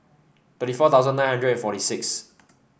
thirty four thousand nine hundred forty six